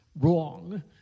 wrong